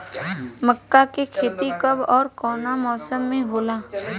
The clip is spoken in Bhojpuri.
मका के खेती कब ओर कवना मौसम में होला?